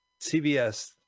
CBS